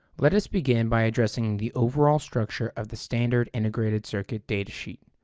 let us begin by addressing the overall structure of the standard integrated circuit datasheet.